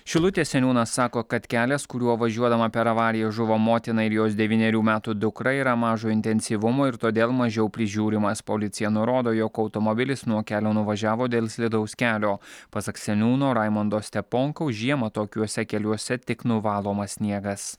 šilutės seniūnas sako kad kelias kuriuo važiuodama per avariją žuvo motina ir jos devynerių metų dukra yra mažo intensyvumo ir todėl mažiau prižiūrimas policija nurodo jog automobilis nuo kelio nuvažiavo dėl slidaus kelio pasak seniūno raimondo steponkaus žiemą tokiuose keliuose tik nuvalomas sniegas